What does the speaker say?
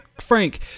Frank